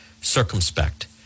circumspect